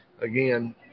again